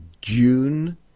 June